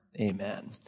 Amen